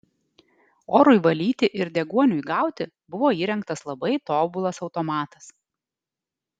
orui valyti ir deguoniui gauti buvo įrengtas labai tobulas automatas